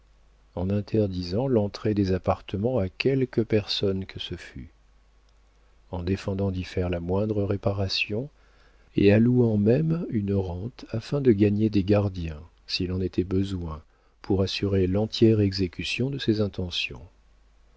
en interdisant l'entrée des appartements à quelque personne que ce fût en défendant d'y faire la moindre réparation et allouant même une rente afin de gager des gardiens s'il en était besoin pour assurer l'entière exécution de ses intentions